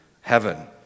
heaven